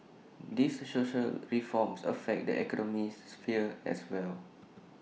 these social reforms affect the economic sphere as well